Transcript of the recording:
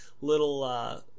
little